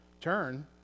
turn